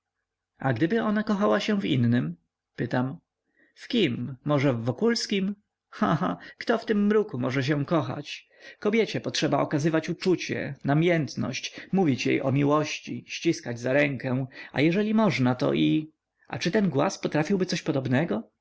a gdyby ona kochała się w innym pytam w kim może w wokulskim cha cha kto w tym mruku może się kochać kobiecie potrzeba okazywać uczucie namiętność mówić jej o miłości ściskać za ręce a jeżeli można to i a czy ten głaz potrafiłby coś podobnego